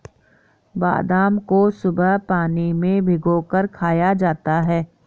बादाम को सुबह पानी में भिगोकर खाया जाता है